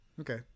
Okay